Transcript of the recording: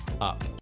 up